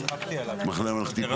אפילו לא פיליבסטר תלמדו,